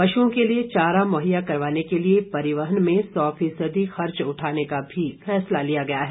पशुओं के लिए चारा मुहैया करवाने के लिए परिवहन में सौ फीसदी खर्च उठाने का भी फैसला लिया गया है